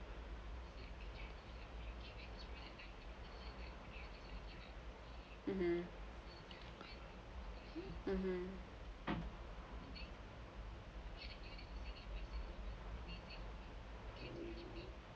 mmhmm mmhmm